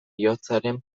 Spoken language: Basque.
bihotzaren